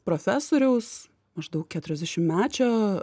profesoriaus maždaug keturiasdešimtmečio